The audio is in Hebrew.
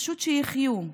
פשוט שיחיו.